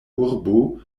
urbo